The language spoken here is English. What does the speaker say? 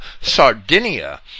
Sardinia